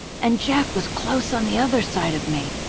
and jack was close on the other side of me.